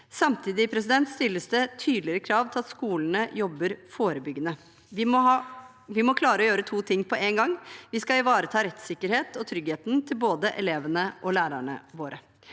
Samtidig stilles det tydeligere krav til at skolene skal jobbe forebyggende. Vi må klare å gjøre to ting på én gang. Vi skal ivareta rettssikkerheten og tryggheten til både elevene og lærerne våre.